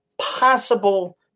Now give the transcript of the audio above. possible